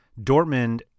Dortmund